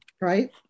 right